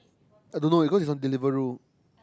I don't know because it's on Deliveroo